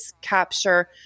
capture